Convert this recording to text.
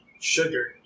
sugar